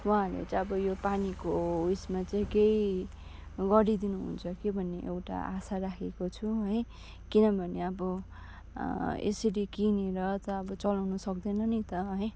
उहाँहरूले चाहिँ अब यो पानीको उयेसमा चाहिँ केही गरिदिनु हुन्छ कि भन्ने एउटा आशा राखेको छु है किनभने अब यसरी किनेर त अब चलाउनु सक्दैन नि त है